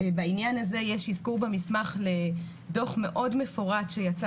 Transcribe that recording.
בעניין הזה יש איזכור במסמך לדו"ח מאוד מפורט שיצא